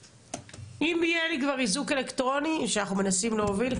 אם יהיה לי כבר איזוק אלקטרוני שאנחנו מנסים להוביל,